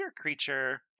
creature